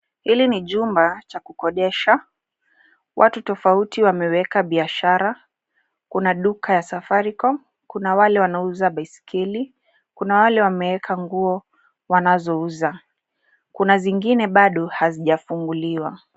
Hili ni jumba cha kukodesha. Watu tofauti wameweka biashara. Kuna duka ya Safaricom. Kuna wale wanauza baisikeli. Kuna wale wameweka nguo wanazouza. Kuna zingine bado hazijafunguliwa.